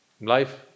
life